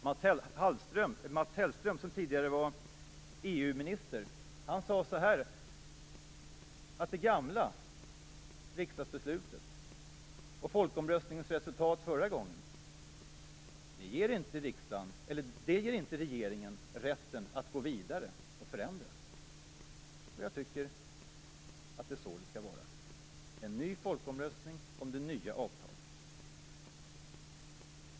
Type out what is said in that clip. Mats Hellström, som tidigare var EU-minister, sade så här: Det gamla riksdagsbeslutet och folkomröstningens resultat ger inte regeringen rätten att gå vidare och förändra. Jag tycker att de är så det skall vara. Det skall vara en ny folkomröstning om det nya avtalet.